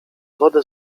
wodę